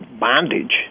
bondage